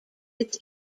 its